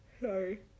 Sorry